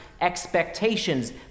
expectations